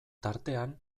tartean